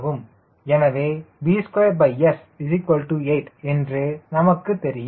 எனவே b2S 8 என்று நமக்கு தெரியும்